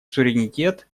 суверенитет